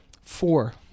Four